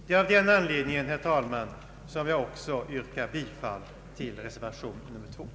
Det är av den anledningen, herr talman, som jag också yrkar bifall till reservation II.